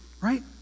right